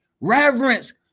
Reverence